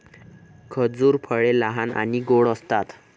खजूर फळे लहान आणि गोड असतात